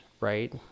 right